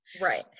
Right